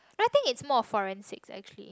I think it's more of forensics actually